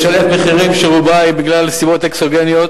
יש עליית מחירים, שרובה בגלל סיבות אקסוגניות,